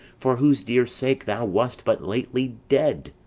for whose dear sake thou wast but lately dead.